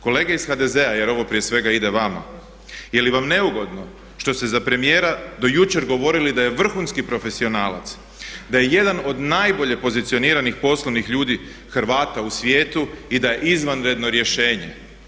Kolege iz HDZ-a, jer ovo prije svega ide vama, je li vam neugodno što ste za premijera do jučer govorili da je vrhunski profesionalac, da je jedan od najbolje pozicionirani poslovnih ljudi Hrvata u svijetu i da je izvanredno rješenje?